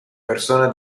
persona